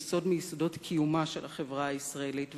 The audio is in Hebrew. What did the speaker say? יסוד מיסודות קיומה של החברה הישראלית,